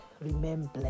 Remember